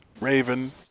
Raven